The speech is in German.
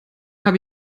habe